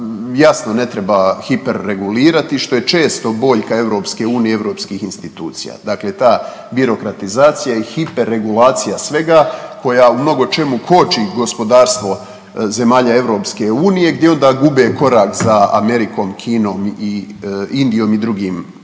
jasno ne treba hiper regulirati, što je često boljka EU i europskih institucija, dakle ta birokratizacija i hiper regulacija svega, koja u mnogo čemu koči gospodarstvo zemalja EU gdje onda gube korak za Amerikom, Kinom i Indijom i drugim zemljama